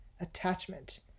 attachment